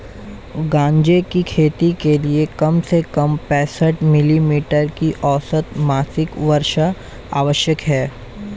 गांजे की खेती के लिए कम से कम पैंसठ मिली मीटर की औसत मासिक वर्षा आवश्यक है